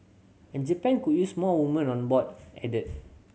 and Japan could use more women on board added